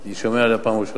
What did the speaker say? אני שומע עליה בפעם הראשונה.